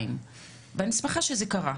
ואני שמחה שזה קרה,